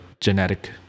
genetic